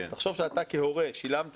תחשוב שאתה כהורה שילמת,